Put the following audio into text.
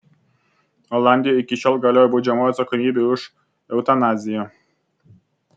olandijoje iki šiol galioja baudžiamoji atsakomybė už eutanaziją